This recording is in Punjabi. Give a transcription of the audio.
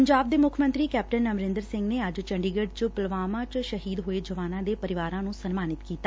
ਪੰਜਾਬ ਦੇ ਮੁੱਖ ਮੰਤਰੀ ਕੈਪਟਨ ਅਮਰਿੰਦਰ ਸਿੰਘ ਨੇ ਅੱਜ ਚੰਡੀਗਤੁ ਚ ਪੁਲਵਾਮਾ ਚ ਸ਼ਹੀਦ ਹੋਏ ਜਵਾਨਾਂ ਦੇ ਪਰਿਵਾਰਾਂ ਨੂੰ ਸਨਮਾਨਿਤ ਕੀਤਾ